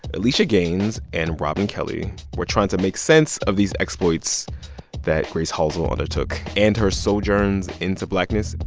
alisha gaines and robin kelley were trying to make sense of these exploits that grace halsell undertook and her sojourns into blackness.